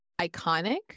iconic